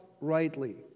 rightly